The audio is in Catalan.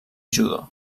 judo